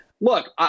look